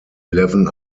eleven